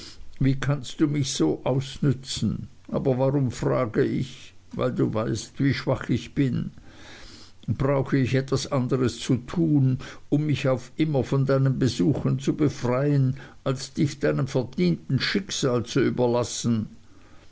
wie kannst du mich so ausnützen aber warum frage ich weil du weißt wie schwach ich bin brauche ich etwas anderes zu tun um mich auf immer von deinen besuchen zu befreien als dich deinem verdienten schicksal zu überlassen